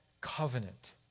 covenant